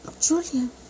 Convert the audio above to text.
Julian